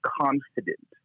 confident